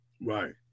right